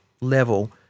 level